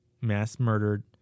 mass-murdered